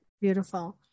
Beautiful